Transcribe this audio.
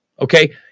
Okay